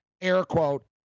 air-quote